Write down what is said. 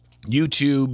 YouTube